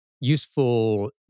useful